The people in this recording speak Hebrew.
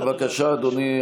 בבקשה, אדוני.